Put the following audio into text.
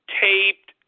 taped